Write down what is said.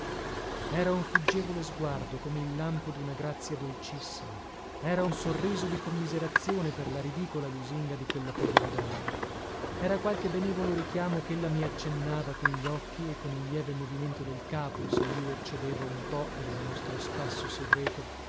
era un fuggevole sguardo come il lampo duna grazia dolcissima era un sorriso di commiserazione per la ridicola lusinga di quella povera donna era qualche benevolo richiamo chella mi accennava con gli occhi e con un lieve movimento del capo se io eccedevo un po per il nostro spasso segreto